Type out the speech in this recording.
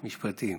משפטים.